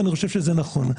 ואני חושב שזה נכון.